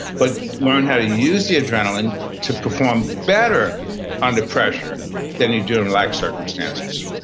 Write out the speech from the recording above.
but learn how to use the adrenaline to perform better under pressure than you do in relaxed circumstances.